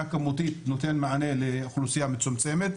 כמותית זה נותן מענה לאוכלוסייה מצומצמת.